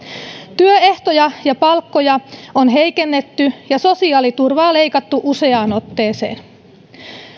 työehtoja ja palkkoja on heikennetty ja sosiaaliturvaa leikattu useaan otteeseen